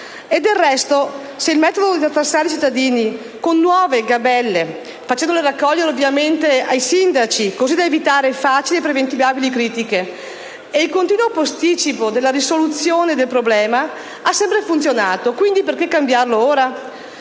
E del resto, se il metodo di tartassare i cittadini con nuove gabelle, facendole raccogliere dai sindaci, così da evitare facili e preventivabili critiche, e il continuo posticipo della risoluzione del problema, hanno sempre funzionato, quindi perché cambiarli